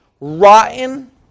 rotten